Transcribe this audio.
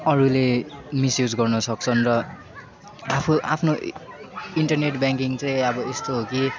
अरूले मिसयुज गर्न सक्छन् र आफू आफ्नो इन्टरनेट ब्याकिङ चाहिँ अब यस्तो हो कि